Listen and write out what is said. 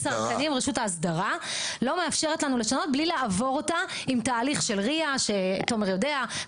רשות ההסדרה לא מאפשרת לנו לשנות בלי לעבור אותה עם תהליך שתומר יודע,